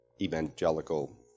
evangelical